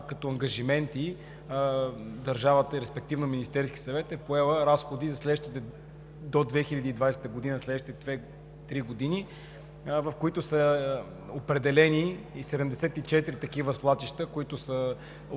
като ангажименти държавата, респективно Министерският съвет, е поела разходи до 2020 г., следващите две-три години, в които са определени и 74 такива свлачища, които от